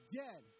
dead